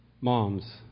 Moms